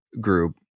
group